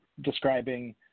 describing